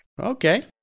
Okay